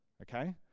okay